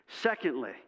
Secondly